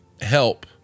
help